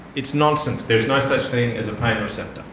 it's nonsense. there's no such thing as a pain receptor.